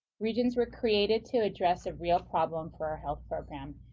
regions were created to address a real problem for our health program.